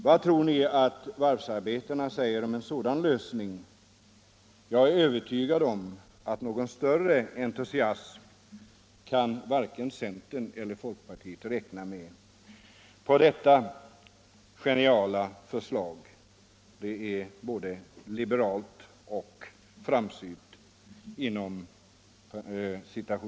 Vad tror ni varvsarbetarna säger om en sådan ”lösning”? Jag är övertygad om att varken centern eller folkpartiet kan räkna med någon större entusiasm för detta ”geniala” förslag. Det är både ”liberalt” och ”framsynt”.